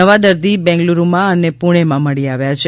નવા દર્દી બેગ્લુરુમાં અને પૂણેમાં મળી આવ્યા છે